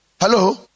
Hello